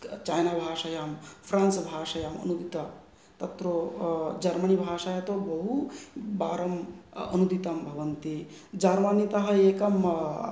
चीनभाषायां France भाषायाम् अनुदिता तत्र जर्मनी भाषा तु बहु वारम् अनुदितं भवन्ति जर्मनी तः एकम्